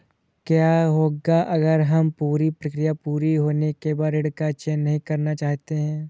क्या होगा अगर हम पूरी प्रक्रिया पूरी होने के बाद ऋण का चयन नहीं करना चाहते हैं?